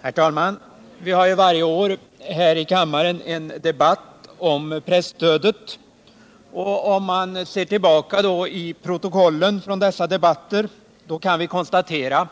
Herr talman! Vi har varje år här i kammaren en debatt om presstödet, och om man ser tillbaka i protokollen från dessa debatter kan man konstatera